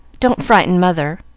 don't frighten mother,